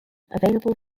available